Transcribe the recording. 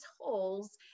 holes